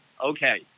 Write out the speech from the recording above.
okay